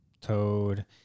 Toad